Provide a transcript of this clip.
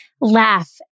laugh